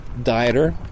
dieter